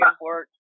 work